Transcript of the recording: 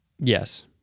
Yes